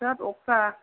बेराद अख्रा